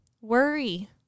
worry